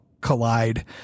Collide